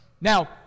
Now